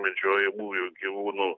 medžiojamųjų gyvūnų